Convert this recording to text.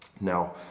Now